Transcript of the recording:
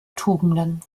tugenden